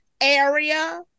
area